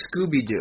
Scooby-Doo